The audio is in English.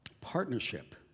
partnership